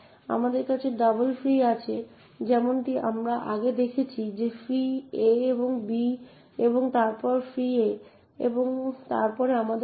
আমাদের কাছে double free আছে যেমনটি আমরা আগে দেখেছি যে ফ্রি a এর পরে ফ্রি b এবং তারপর ফ্রি a এবং তারপরে আমাদের কাছে malloc 10 এর সমান c আছে